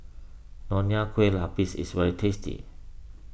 Nonya Kueh Lapis is very tasty